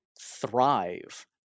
thrive